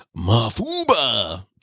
Mafuba